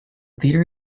theater